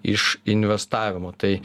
iš investavimo tai